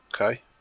okay